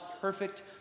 perfect